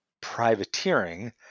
privateering